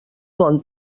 bon